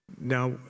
Now